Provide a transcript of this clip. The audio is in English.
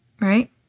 right